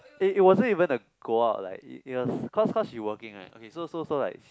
it it wasn't even a go out like it it was cause cause she working right okay so so so like